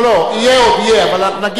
בזה נגמר עניין זה.